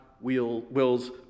wills